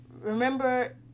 Remember